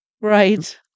Right